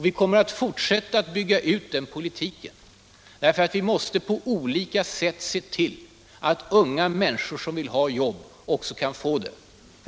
Vi kommer att fortsätta att bygga ut den politiken därför att vi måste på olika sätt se till att unga människor som vill ha jobb också kan få det.